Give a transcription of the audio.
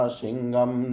singam